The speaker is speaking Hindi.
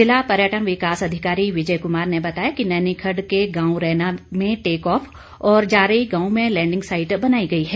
जिला पर्यटन विकास अधिकारी विजय कुमार ने बताया कि नैनीखड्ड के गांव रैना में टेकऑफ और जारेई गांव में लैंडिंग साईट बनाई गई है